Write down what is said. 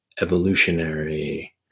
evolutionary